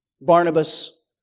Barnabas